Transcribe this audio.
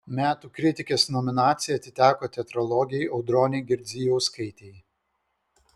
metų kritikės nominacija atiteko teatrologei audronei girdzijauskaitei